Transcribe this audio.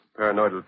Paranoidal